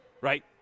right